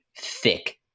thick